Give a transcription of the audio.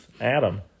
Adam